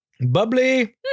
Bubbly